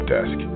Desk